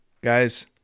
guys